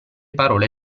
parole